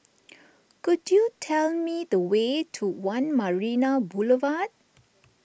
could you tell me the way to one Marina Boulevard